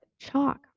chalk